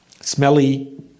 smelly